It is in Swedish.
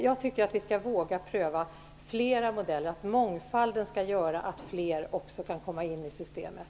Jag tycker att vi skall våga pröva flera modeller och att mångfalden skall göra att fler kan komma in i systemet.